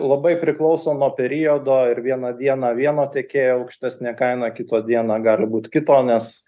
labai priklauso nuo periodo ir vieną dieną vieno tiekėjo aukštesnė kaina kito dieną galbūt kito nes